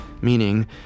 meaning